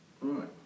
right